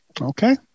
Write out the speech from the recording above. Okay